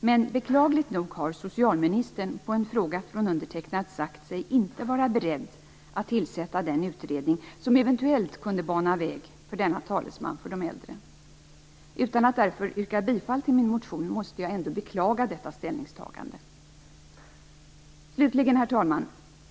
Men beklagligt nog har socialministern på en fråga från mig inte sagt sig vara beredd att tillsätta den utredning som eventuellt skulle kunna bana väg för denna talesman för de äldre. Utan att därför yrka bifall till min motion måste jag ändå beklaga detta ställningstagande. Herr talman!